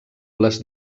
les